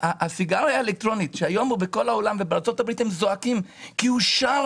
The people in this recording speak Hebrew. הסיגריה האלקטרונית שהיום בכל העולם ובארצות הברית זועקים כי היא שער